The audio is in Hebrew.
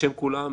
בשם כולם,